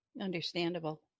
understandable